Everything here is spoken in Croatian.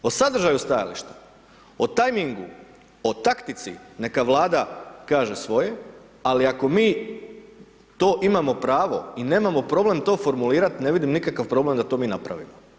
O sadržaju stajališta, o tajmingu, o taktici, neka Vlada kaže svoje, ali ako mi to imamo pravo i nemamo problem to formulirati, ne vidim nikakav problem da to mi napravimo.